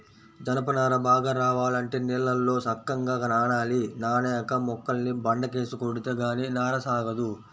జనప నార బాగా రావాలంటే నీళ్ళల్లో సక్కంగా నానాలి, నానేక మొక్కల్ని బండకేసి కొడితే గానీ నార సాగదు